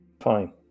Fine